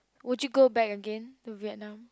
would you go back again to Vietnam